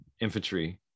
infantry